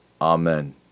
Amen